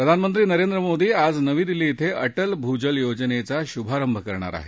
प्रधानमंत्री नरेंद्र मोदी आज नवी दिल्ली इथं अटल भूजल योजनेचा शुभारंभ करणार आहेत